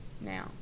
now